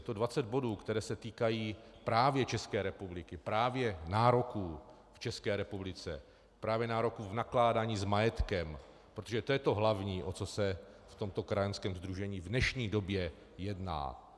Je to 20 bodů, které se týkají právě České republiky, právě nároků v České republice, právě nároků v nakládání s majetkem, protože to je to hlavní, o co se v tomto krajanském sdružení v dnešní době jedná.